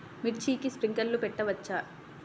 మిర్చికి స్ప్రింక్లర్లు పెట్టవచ్చా?